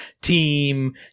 team